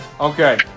Okay